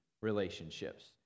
relationships